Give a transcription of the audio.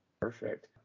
Perfect